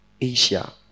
Asia